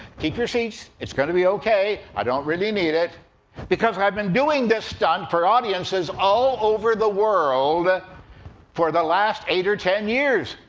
keep your seats it's going to be okay. i don't really need it because i've been doing this stunt for audiences all over the world for the last eight or ten years,